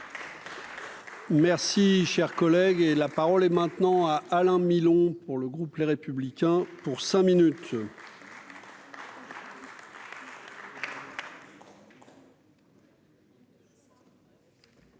Merci, cher collègue, et la parole est maintenant à Alain Milon pour le groupe Les Républicains pour cinq minutes.